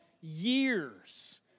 years